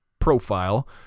profile